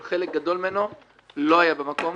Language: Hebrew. אבל חלק גדול ממנה לא היה במקום